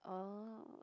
oh